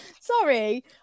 Sorry